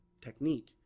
technique